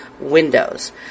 windows